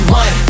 one